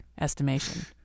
estimation